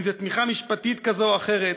עם תמיכה משפטית כזאת או אחרת,